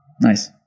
Nice